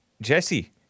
Jesse